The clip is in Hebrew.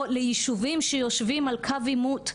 או לישובים שיושבים על קו עימות,